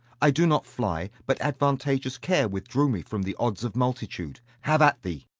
i do not fly but advantageous care withdrew me from the odds of multitude. have at thee.